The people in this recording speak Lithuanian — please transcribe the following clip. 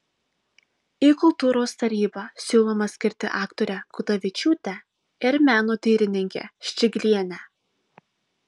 į kultūros tarybą siūloma skirti aktorę gudavičiūtę ir menotyrininkę ščiglienę